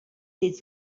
les